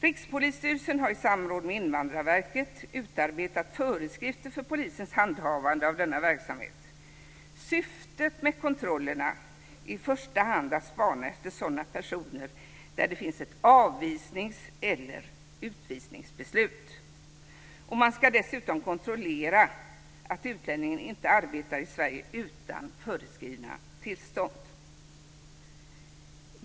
Rikspolisstyrelsen har i samråd med Invandrarverket utarbetat föreskrifter för polisens handhavande av denna verksamhet. Syftet med kontrollerna är i första hand att spana efter personer för vilka det finns ett avvisnings eller utvisningsbeslut. Man ska dessutom kontrollera att utlänningen inte arbetar i Sverige utan föreskrivna tillstånd.